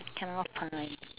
I cannot find